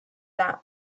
that